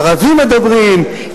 ערבים מדברים,